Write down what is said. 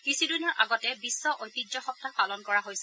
কিছুদিনৰ আগতে বিশ্ব ঐতিহ্য সপ্তাহ পালন কৰা হৈছিল